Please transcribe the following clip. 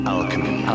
Alchemy